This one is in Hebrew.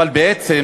אבל בעצם